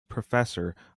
professor